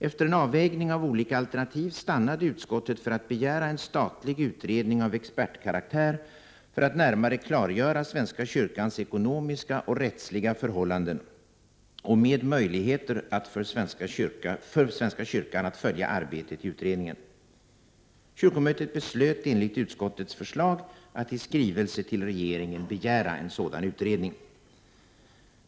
Efter en avvägning av olika alternativ stannade utskottet för att begära en statlig utredning av expertkaraktär för att närmare klargöra svenska kyrkans ekonomiska och rättsliga förhållanden och med möjligheter för svenska kyrkan att följa arbetet i utredningen. Kyrkomötet beslöt enligt utskottets förslag att i skrivelse till regeringen begära en sådan utredning.